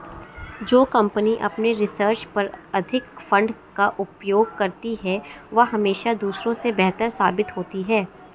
जो कंपनी अपने रिसर्च पर अधिक फंड का उपयोग करती है वह हमेशा दूसरों से बेहतर साबित होती है